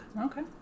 Okay